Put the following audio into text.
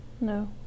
No